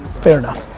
fair enough.